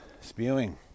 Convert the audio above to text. spewing